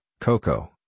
cocoa